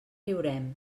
riurem